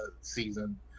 season